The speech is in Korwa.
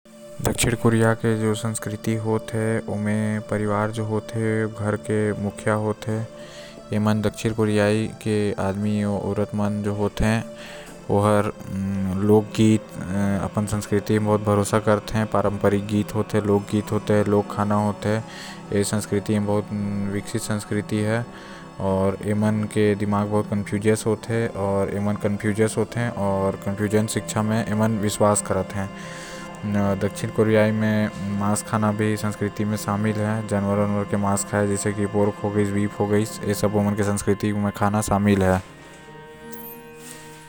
दक्षिण कोरिया के जो संस्कृति होएल ओ संगीत म बहुत आगे हैव आऊ नच म भी ओहा बहुत अलग तरीका के नाच होएल जो भारत आऊ बाकी सब देश ल बहुत पसंद आते आऊ ए संस्कृति बहुत विकचित संस्कृति हैव।